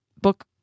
Book